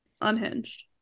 unhinged